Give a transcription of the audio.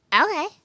Okay